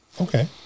Okay